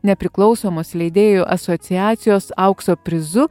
nepriklausomos leidėjų asociacijos aukso prizu